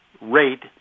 rate